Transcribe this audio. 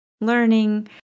learning